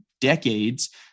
decades